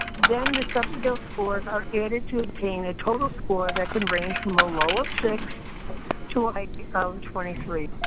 then the subscale scores are added to obtain a total score that can range from a low of six to a high of twenty three.